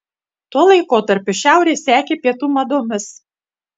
tuo laikotarpiu šiaurė sekė pietų madomis